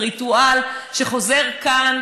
זה ריטואל שחוזר כאן,